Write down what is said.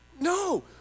No